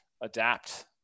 adapt